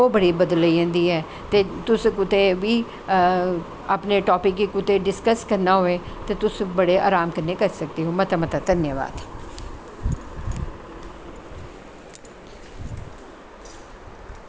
ओह् बड़ी बदली जंदी ऐ ते तुस कुतै वी अपनें टापिक गी कुतै डिस्कस करनां होऐ ते तुस बड़े अराम कन्नैं करी सकदे ओ मता मता धन्यवाद